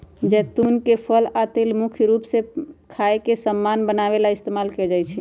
जैतुन के फल आ तेल मुख्य रूप से खाए के समान बनावे ला इस्तेमाल कएल जाई छई